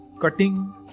cutting